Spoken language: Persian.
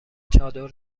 چادر